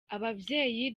ababyeyi